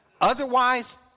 Otherwise